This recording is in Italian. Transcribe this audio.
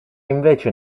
invece